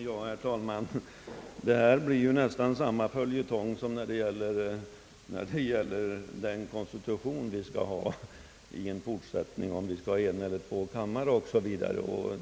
Herr talman! Detta börjar nästan bli samma följetong som frågan om vi i vår framtida konstitution skall ha en eller två kammare i riksdagen!